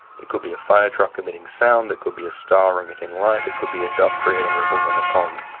it could be a fire truck emitting sound, it could be a star emitting light, it could be a duck creating ripples on a pond.